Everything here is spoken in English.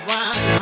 one